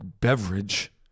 beverage